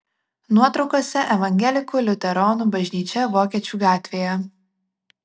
nuotraukose evangelikų liuteronų bažnyčia vokiečių gatvėje